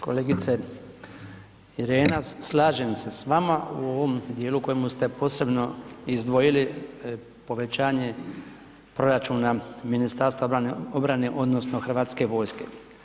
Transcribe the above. Kolegice Irena slažem se s vama u ovom dijelu u kojemu ste posebno izdvojili povećanje proračuna Ministarstva obrane odnosno Hrvatske vojske.